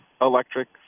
electric